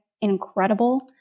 incredible